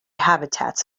habitats